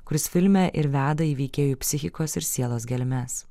kuris filme ir veda į veikėjų psichikos ir sielos gelmes